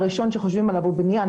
הראשון שחושבים עליו הוא בנייה,